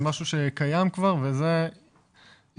זה משהו שקיים כבר וזה יינתן.